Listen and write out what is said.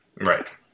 Right